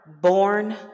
born